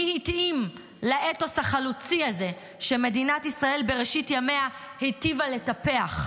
מי התאים לאתוס החלוצי הזה שמדינת ישראל בראשית ימיה היטיבה לטפח,